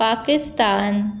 Pakistan